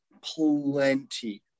plenty